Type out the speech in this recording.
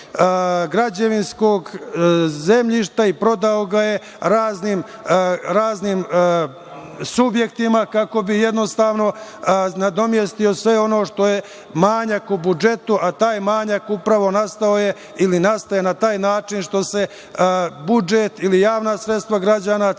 građevinskog zemljišta i prodao ga je raznim subjektima kako bi jednostavno nadomestio sve ono što je manjak u budžetu, a taj manjak upravo nastao je ili nastaje na taj način što se budžet ili javna sredstva građana crpe